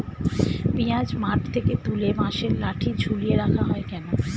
পিঁয়াজ মাঠ থেকে তুলে বাঁশের লাঠি ঝুলিয়ে রাখা হয় কেন?